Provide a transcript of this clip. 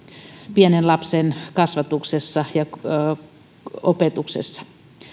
pienen lapsen kasvatuksessa ja opetuksessa